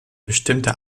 bestimmte